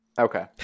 okay